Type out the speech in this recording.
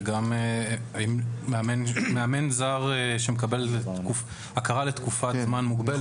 וגם האם מאמן זר שמקבל הכרה לתקופת זמן מוגבלת